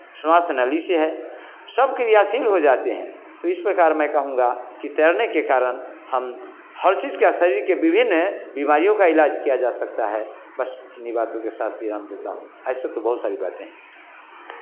स्वास्थ्य नली से है सब क्रियाशील हो जाते हैं तो इस प्रकार मैं कहूँगा कि तैरने के कारण हम हर चीज़ क्या शरीर के विभिन्न बीमारियों का इलाज किया जा सकता है बस इतनी बातों के साथ विराम देता हूँ ऐसे तो बहुत सारी बातें हैं